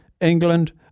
England